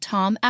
Tom